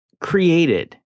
created